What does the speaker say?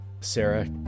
Sarah